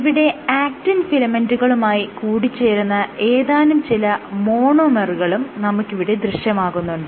ഇവിടെ ആക്റ്റിൻ ഫിലമെന്റുകളുമായി കൂടിച്ചേരുന്ന ഏതാനും ചില മോണോമെറുകളും നമുക്കിവിടെ ദൃശ്യമാകുന്നുണ്ട്